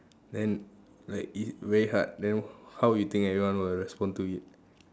then like it very hard then how you think everyone will respond to it